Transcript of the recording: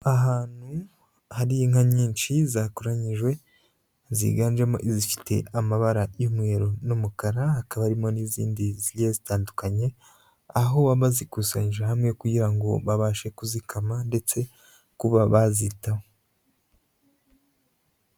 Ahantu hari inka nyinshi zakoranyijwe ziganjemo izifite amabara y'inkwero n'umukara, hakaba harimo n'izindi zigiye zitandukanye aho baba bazikusanyi hamwe kugira ngo babashe kuzikama ndetse kuba bazitaho.